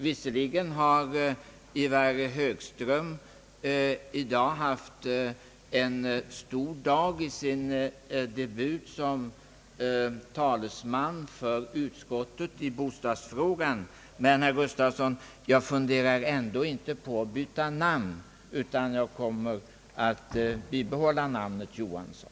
Visserligen har Ivar Högström i dag haft en stor dag i sin debut som talesman för utskottet i bostadsfrågan. Men, herr Gustafsson, jag funderar ändå inte på att byta namn, utan kommer att behålla namnet Johansson.